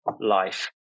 life